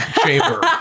chamber